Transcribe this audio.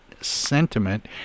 sentiment